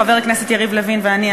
חבר הכנסת יריב לוין ואני,